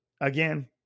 Again